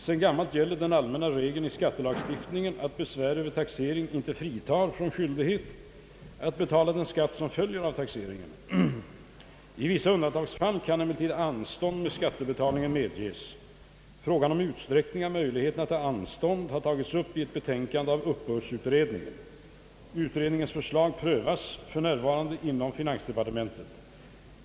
Sedan gammalt gäller den allmänna regeln i skattelagstiftningen att besvär över taxering inte fritar från skyldighet att betala den skatt som följer av taxeringen. I vissa undantagsfall kan emellertid anstånd med skattebetalningen medges. Frågan om utsträckning av möjligheterna till anstånd har tagits upp i ett betänkande av uppbördsutredningen . Utredningens förslag prövas f. n. inom finansdepartementet.